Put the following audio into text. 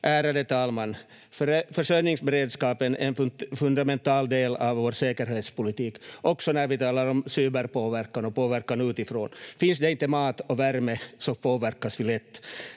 Ärade talman! Försörjningsberedskapen är en fundamental del av vår säkerhetspolitik också när vi talar om cyberpåverkan och påverkan utifrån. Finns det inte mat och värme så påverkas vi lätt.